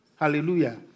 Hallelujah